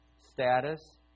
Status